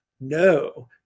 No